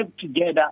together